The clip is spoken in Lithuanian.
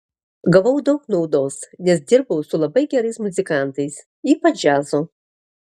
gavau daug naudos nes dirbau su labai gerais muzikantais ypač džiazo